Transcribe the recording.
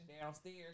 downstairs